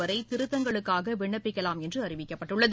வரை திருத்தங்களுக்காக விண்ணப்பிக்கலாம் என்று அறிவிக்கப்பட்டுள்ளது